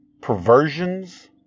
perversions